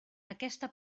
aquesta